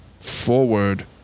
forward